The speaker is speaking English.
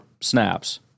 snaps